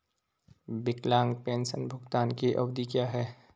विकलांग पेंशन भुगतान की अवधि क्या है?